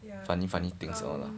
funny funny things all lah